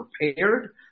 prepared